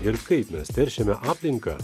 ir kaip mes teršiame aplinką